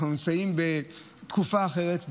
אנחנו נמצאים בתקופה אחרת,